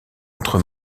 entre